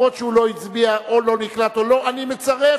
גם אם הוא לא הצביע או לא נקלט, אני מצרף,